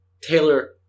Taylor